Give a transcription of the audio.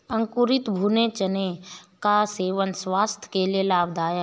अंकुरित भूरे चने का सेवन स्वास्थय के लिए लाभदायक है